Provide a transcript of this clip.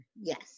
yes